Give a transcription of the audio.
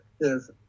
Yes